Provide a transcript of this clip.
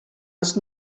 els